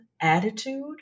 attitude